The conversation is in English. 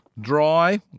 Dry